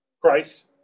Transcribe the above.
Christ